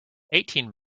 eighteen